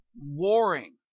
warring